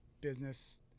business